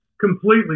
completely